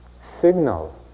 signal